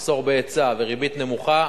מחסור בהיצע וריבית נמוכה,